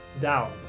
Down